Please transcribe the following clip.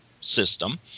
system –